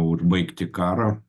užbaigti karą